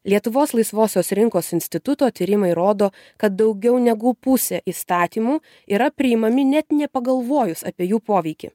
lietuvos laisvosios rinkos instituto tyrimai rodo kad daugiau negu pusė įstatymų yra priimami net nepagalvojus apie jų poveikį